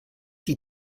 die